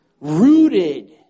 rooted